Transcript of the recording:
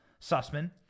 Sussman